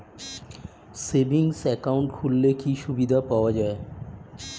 Savings account খুললে কি সুবিধা পাওয়া যায়?